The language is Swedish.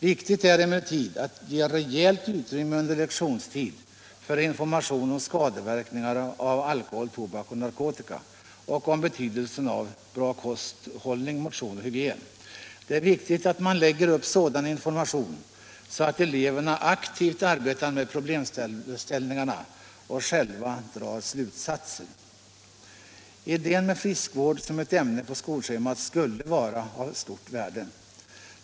Viktigt är emellertid att ge rejält utrymme under lektionstid för information om skadeverkningar av alkohol, tobak och narkotika och om betydelsen av bra kosthåll, motion och hygien. Det är viktigt att man lägger upp sådan information så att eleverna aktivt arbetar med problemställningarna och själva drar slut Friskvård som ett ämne på skolschemat skulle vara av stort värde.